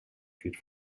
geht